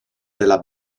della